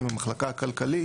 עם המחלקה הכלכלית,